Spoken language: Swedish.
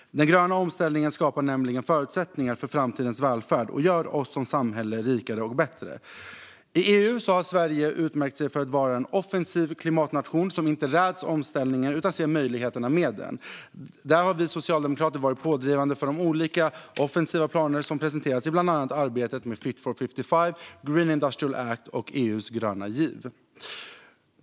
Den gröna omställningen skapar nämligen förutsättningar för framtidens välfärd och gör oss som samhälle rikare och bättre. I EU har Sverige utmärkt sig för att vara en offensiv klimatnation som inte räds omställningen utan ser möjligheterna med den, och vi socialdemokrater har varit pådrivande för de olika offensiva planer som presenterats i bland annat arbetet med Fit for 55, Green Deal Industrial Plan och EU:s gröna giv.